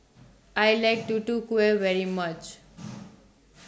I like Tutu Kueh very much